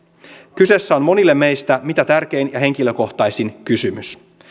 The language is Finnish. kyseessä on monille meistä mitä tärkein ja henkilökohtaisin kysymys